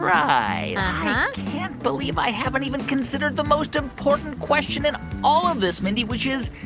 i can't believe i haven't even considered the most important question in all of this, mindy, which is,